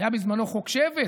היה בזמנו חוק שבס,